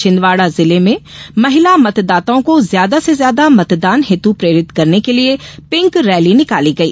छिंदवाड़ा जिले म महिला मतदाताओं को ज्यादा से ज्यादा मतदान हेतु प्रेरित करने के लिये पिंक रैली निकाली गई